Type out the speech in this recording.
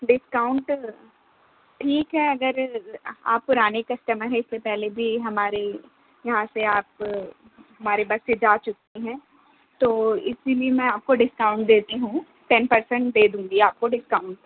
discount ٹھیک ہے اگر آپ پرانے کسٹمر ہیں اس سے پہلے بھی ہمارے یہاں سے آپ ہماری بس سے جا چکے ہیں تو اسی لیے میں آپ کو ڈسکاؤنٹ دیتی ہوں ٹین پرسینٹ دے دوں گی آپ کو ڈسکاؤنٹ